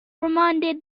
reminded